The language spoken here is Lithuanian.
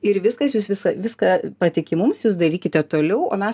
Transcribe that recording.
ir viskas jūs visą viską patiki mums jūs darykite toliau o mes